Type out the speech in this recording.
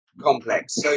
complex